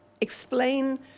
explain